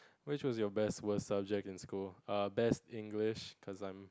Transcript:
which was your best worst subjects in school er best English cause I'm